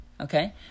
okay